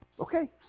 okay